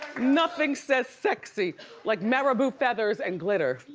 nothing says sexy like maribou feathers and glitter.